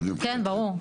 כן ברור.